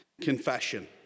confession